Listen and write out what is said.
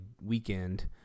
weekend